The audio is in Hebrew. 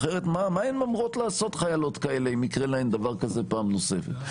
אחרת מה אמורות לעשות חיילות כאלה אם יקרה להן דבר כזה פעם נוספת?